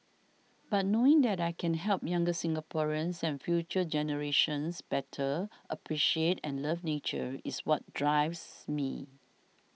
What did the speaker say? but knowing that I can help younger Singaporeans and future generations better appreciate and love nature is what drives me